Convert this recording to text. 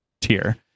tier